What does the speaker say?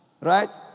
Right